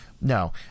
no